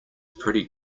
pretty